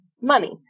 money